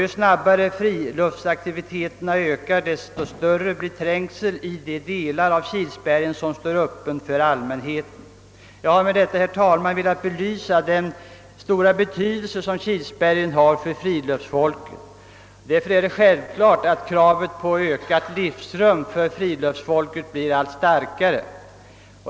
Ju snabbare friluftsaktiviteterna ökar, desto större blir också trängseln i de delar av Kilsbergen som står öppna för allmänheten. Jag har med det anförda, herr talman, velat belysa den stora betydelse Kilsbergen har för friluftsfolket. Kraven på ökat livsrum för friluftsfolket blir därför självfallet allt starkare.